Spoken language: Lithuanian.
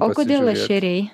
o kodėl ešeriai